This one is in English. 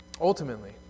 Ultimately